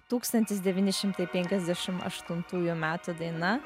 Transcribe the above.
tūkstantis devyni šimtai penkiasdešim aštuntųjų metų daina